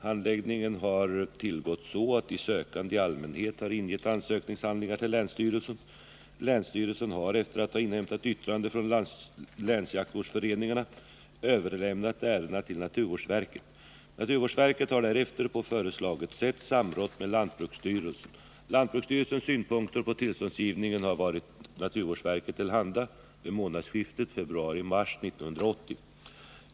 Handläggningen har tillgått så att de sökande i allmänhet har ingett ansökningshandlingar till länsstyrelsen. Länsstyrelsen har, efter att ha inhämtat yttranden från länsjaktvårdsföreningarna, överlämnat ärendena till naturvårdsverket. Naturvårdsverket har därefter, på föreslaget sätt, samrått med lantbruksstyrelsen. Lantbruksstyrelsens synpunkter på tillståndsgivningen har varit naturvårdsverket till handa vid månadsskiftet februari-mars 1980.